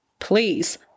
please